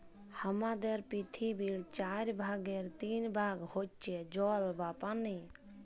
হামাদের পৃথিবীর চার ভাগের তিন ভাগ হইসে জল বা পানি